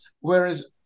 Whereas